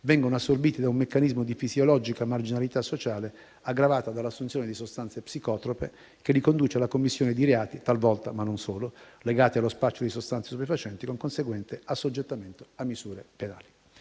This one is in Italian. vengono assorbiti da un meccanismo di fisiologica marginalità sociale, aggravata dall'assunzione di sostanze psicotrope, che li conduce alla commissione di reati legati talvolta allo spaccio di sostanze stupefacenti, ma non solo, con conseguente assoggettamento a misure penali.